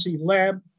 lab